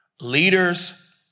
Leaders